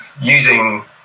using